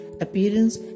appearance